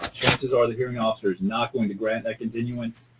chances are, the hearing officer is not going to grant that continuance,